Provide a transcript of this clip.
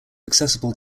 accessible